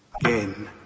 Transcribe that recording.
again